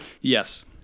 Yes